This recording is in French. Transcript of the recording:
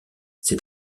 c’est